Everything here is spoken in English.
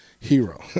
Hero